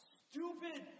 stupid